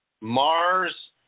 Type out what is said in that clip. Mars